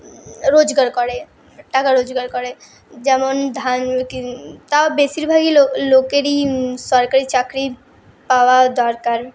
রোজগার করে টাকা রোজগার করে যেমন ধান কিন তাও বেশীরভাগই লো লোকেরই সরকারি চাকরি পাওয়া দরকার